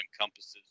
encompasses